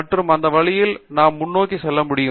மற்றும் அந்த வழியில் நாம் முன்னோக்கி செல்ல முடியும்